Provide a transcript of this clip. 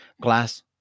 glass